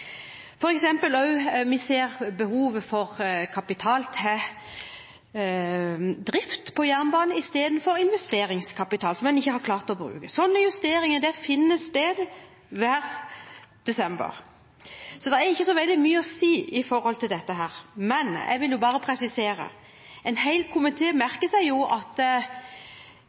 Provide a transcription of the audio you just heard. fjor. For eksempel ser vi også behovet for kapital til drift av jernbane, istedenfor investeringskapital som man ikke har klart å bruke. Sånne justeringer finner sted hver desember. Så det er ikke så mye å si i forhold til dette, men jeg vil bare presisere: En hel komité merker seg at